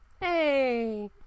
Hey